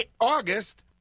August